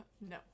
no